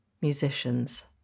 musicians